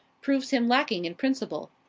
proves him lacking in principle.